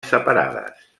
separades